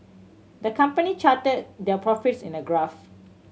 the company charted their profits in a graph